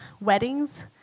weddings